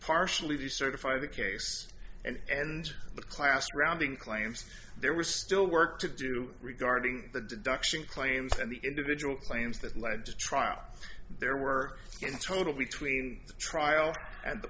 partially certify the case and the class rounding claims there were still work to do regarding the deduction claims and the individual claims that led to trial there were in total between the trial and the